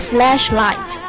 Flashlight